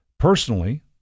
Personally